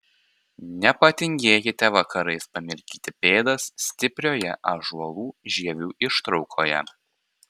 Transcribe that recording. nepatingėkite vakarais pamirkyti pėdas stiprioje ąžuolų žievių ištraukoje